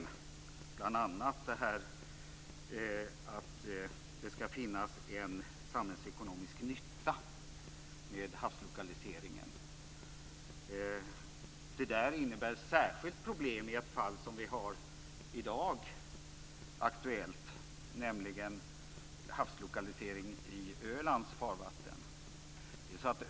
Så är bl.a. fallet med kravet att det ska finnas en samhällsekonomisk nytta med havslokaliseringen. Detta innebär särskilt problem i ett fall som i dag är aktuellt, nämligen havslokaliseringen i Ölands farvatten.